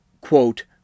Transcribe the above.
quote